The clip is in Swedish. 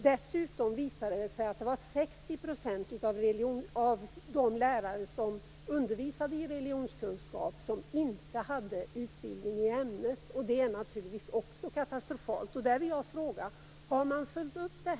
Det har också visat sig att 60 % av de lärare som undervisade i religionskunskap inte hade utbildning i ämnet. Det är katastrofalt. Har man följt upp det?